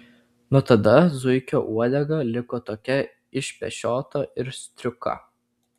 nuo tada zuikio uodega liko tokia išpešiota ir striuka